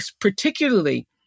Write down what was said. particularly